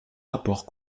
rapports